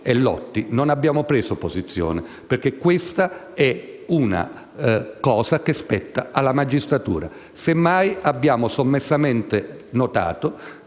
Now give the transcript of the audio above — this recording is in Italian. e Lotti noi non abbiamo preso posizione, perché questa è una valutazione che spetta alla magistratura. Semmai, abbiamo sommessamente notato